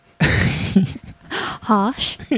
Harsh